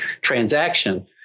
transaction